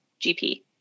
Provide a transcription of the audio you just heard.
GP